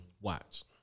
Watch